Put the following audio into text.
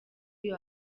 uyu